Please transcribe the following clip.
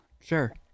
Sure